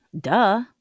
Duh